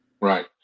Right